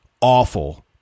Awful